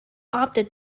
opted